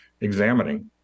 examining